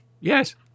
yes